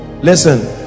listen